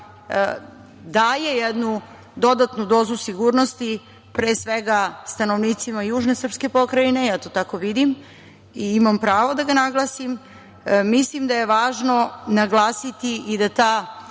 daje jednu dodatnu dozu sigurnosti pre svega stanovnicima južne srpske pokrajine, ja to tako vidim i imam pravo da ga naglasim, mislim da je važno naglasiti i da ta